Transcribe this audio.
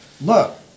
look